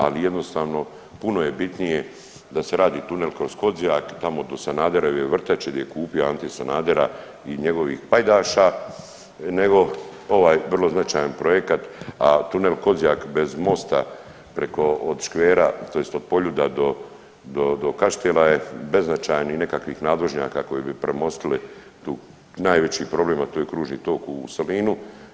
Ali jednostavno puno je bitnije da se radi tunel kroz Kozjak, tamo do Sanaderove vrtače gdje je kupio Ante Sanadera i njegovih pajdaša, nego ovaj vrlo značajan projekat a tunel Kozjak bez mosta preko od škvera, tj. od Poljuda do Kaštela je beznačajni i nekakvih nadvožnjaka koji bi premostili tu najveći problem, a to je kružni tok u Solinu.